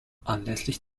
anlässlich